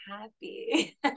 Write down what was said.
happy